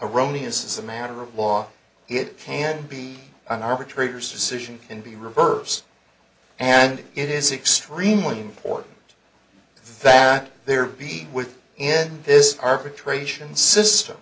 erroneous as a matter of law it can be an arbitrator's decision can be reversed and it is extremely important the fact there be with in this arbitration system